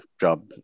job